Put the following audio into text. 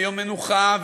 ויום מנוחה,